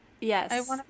yes